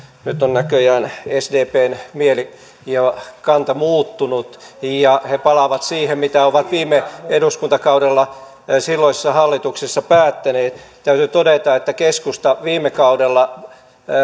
nyt on näköjään sdpn mieli ja kanta muuttunut ja he palaavat siihen mitä ovat viime eduskuntakaudella silloisessa hallituksessa päättäneet täytyy todeta että keskusta viime kaudella